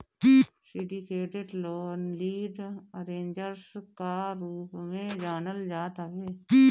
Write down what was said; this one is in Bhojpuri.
सिंडिकेटेड लोन लीड अरेंजर्स कअ रूप में जानल जात हवे